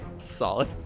Solid